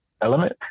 element